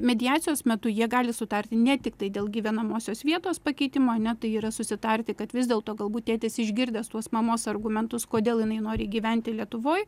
mediacijos metu jie gali sutarti ne tiktai dėl gyvenamosios vietos pakeitimo ane tai yra susitarti kad vis dėlto galbūt tėtis išgirdęs tuos mamos argumentus kodėl jinai nori gyventi lietuvoj